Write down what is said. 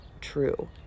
true